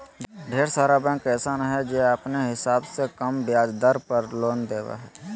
ढेर सारा बैंक अइसन हय जे अपने हिसाब से कम ब्याज दर पर लोन देबो हय